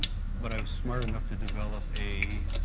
but i was smart enough to develop a